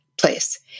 place